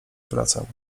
wracał